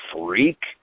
freak